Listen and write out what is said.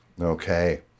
Okay